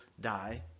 die